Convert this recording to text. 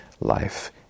life